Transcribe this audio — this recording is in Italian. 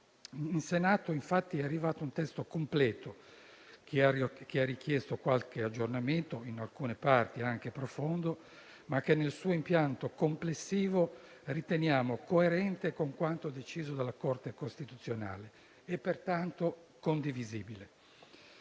In Senato è arrivato un testo completo, che ha richiesto qualche aggiornamento in alcune parti anche profondo, ma che nel suo impianto complessivo riteniamo coerente con quanto deciso dalla Corte costituzionale, e pertanto condivisibile.